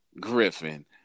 Griffin